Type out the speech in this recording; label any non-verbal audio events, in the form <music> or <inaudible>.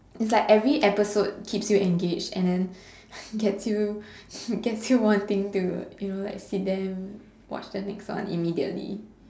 it's like every episode keeps you engaged and then gets you <laughs> gets you wanting you know like sit then watch the next one immediately